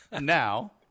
Now